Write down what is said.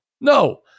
no